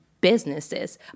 Businesses